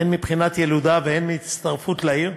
הן מבחינת ילודה והן מהצטרפות לעיר.